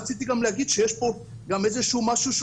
רציתי גם להגיד שיש פה גם איזשהו משהו שהוא